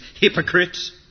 hypocrites